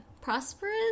prosperous